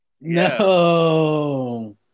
No